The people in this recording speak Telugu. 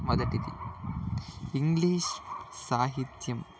మొదటిది ఇంగ్లీష్ సాహిత్యం